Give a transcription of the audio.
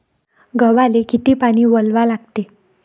गव्हाले किती पानी वलवा लागते?